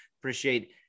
Appreciate